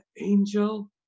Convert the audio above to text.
angel